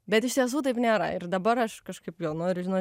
bet iš tiesų taip nėra ir dabar aš kažkaip vėl noriu žinot